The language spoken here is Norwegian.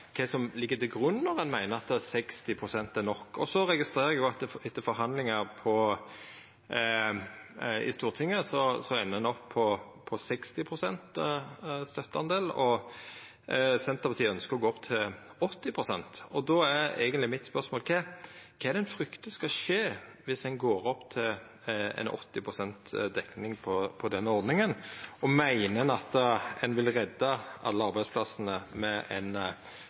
kva som ligg til grunn når ein meiner at 40 pst. er nok. Vidare registrerer eg at etter forhandlingar i Stortinget endar ein opp på 60 pst. støtte, og Senterpartiet ynskjer å gå opp til 80 pst. Då er mitt spørsmål: Kva er det ein fryktar skal skje om ein går opp til 80 pst. dekning i denne ordninga? Og meiner ein at ein vil redda alle arbeidsplassane med